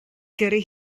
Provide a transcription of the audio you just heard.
gyrru